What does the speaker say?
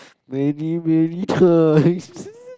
many many times